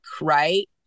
right